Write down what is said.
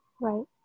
right